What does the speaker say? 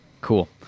Cool